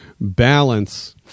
balance